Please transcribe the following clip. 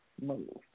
move